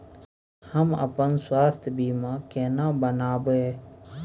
हम अपन स्वास्थ बीमा केना बनाबै?